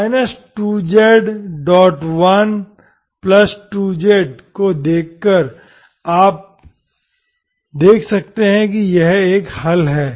2z12z को देखकर आप देख सकते हैं कि यह एक हल है